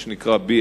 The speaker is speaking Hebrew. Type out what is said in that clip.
מה שנקרא BAT,